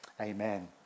Amen